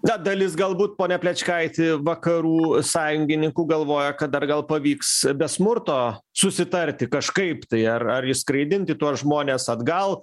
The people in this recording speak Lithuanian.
na dalis galbūt pone plečkaiti vakarų sąjungininkų galvoja kad dar gal pavyks be smurto susitarti kažkaip tai ar ar išskraidinti tuos žmones atgal